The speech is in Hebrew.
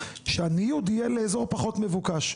שהניוד יהיה לאזור פחות מבוקש,